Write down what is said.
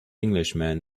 englishman